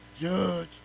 judge